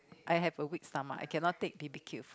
I have a weak stomach I cannot take b_b_q